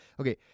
Okay